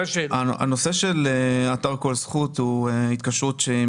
הנושא של אתר כל זכות הוא התקשרות שהיא